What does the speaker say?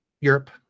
Europe